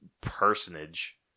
personage